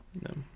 no